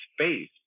space